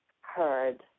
heard